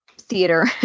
theater